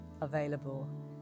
available